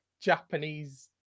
Japanese